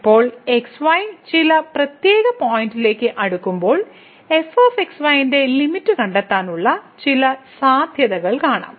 ഇപ്പോൾ x y ചില പ്രത്യേക പോയിന്റിലേക്ക് അടുക്കുമ്പോൾ fx y ന്റെ ലിമിറ്റ് കണ്ടെത്തുന്നതിനുള്ള ചില സാധ്യതകൾ കാണാം